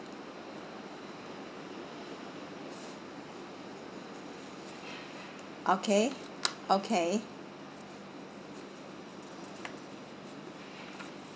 okay okay